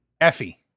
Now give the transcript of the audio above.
Effie